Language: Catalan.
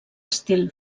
estil